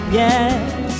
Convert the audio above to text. yes